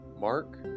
Mark